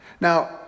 Now